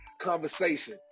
conversation